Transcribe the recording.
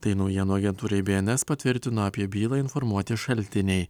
tai naujienų agentūrai be en es patvirtino apie bylą informuoti šaltiniai